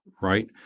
right